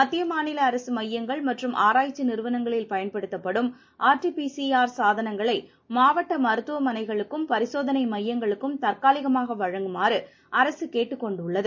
மத்திய மாநில அரசு மையங்கள் மற்றும் ஆராய்ச்சி நிறுவனங்களில் பயன்படுத்தப்படும் R T P C R சாதனங்களை மாவட்ட மருத்துவமனைகளுக்கும் பரிசோதனை மையங்களுக்கும் தற்காலிகமாக வழங்குமாறு அரசு கேட்டுக் கொண்டுள்ளது